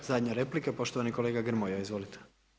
I zadnja replika, poštovani kolega Grmoja, izvolite.